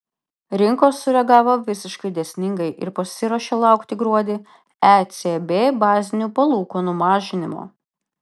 rinkos sureagavo visiškai dėsningai ir pasiruošė laukti gruodį ecb bazinių palūkanų mažinimo